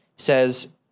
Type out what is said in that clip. says